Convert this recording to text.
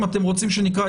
אם אתם רוצים שנקרא,